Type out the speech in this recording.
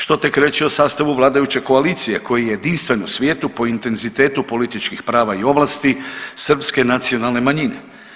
Što tek reći o sastavu vladajuće koalicije koji je jedinstven u svijetu po intenzitetu političkih prava i ovlasti srpske nacionalne manjine.